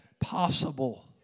Possible